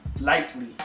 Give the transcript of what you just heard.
lightly